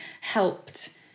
helped